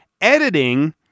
editing